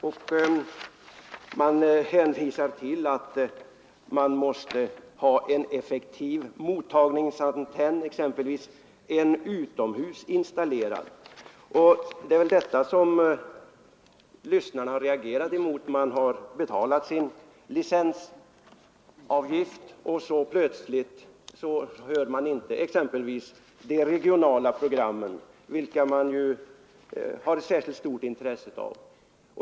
Det sägs att man måste ha en effektiv mottagningsantenn, exempelvis en utomhusinstallerad. Det är detta som lyssnarna har reagerat mot. Man har betalat sin licensavgift och så plötsligt hör man inte exempelvis de regionala programmen, vilka man ju har särskilt stort intresse av.